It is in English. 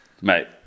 mate